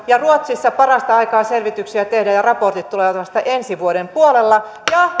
mutta ruotsissa parasta aikaa selvityksiä tehdään ja raportit tulevat vasta ensi vuoden puolella ja